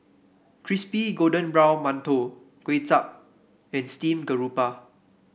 Crispy Golden Brown Mantou Kuay Chap and Steamed Garoupa